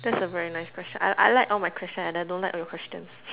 that's a very nice question I I like all my questions and I don't like all your questions